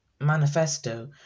manifesto